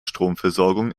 stromversorgung